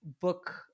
book